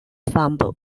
fumble